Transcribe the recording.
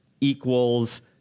equals